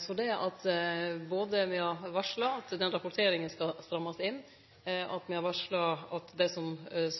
Så det me har varsla, både at rapporteringa skal strammast inn, og at dersom ein